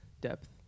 depth